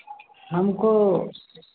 हमको